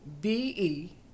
B-E